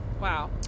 wow